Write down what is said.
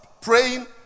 praying